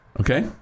Okay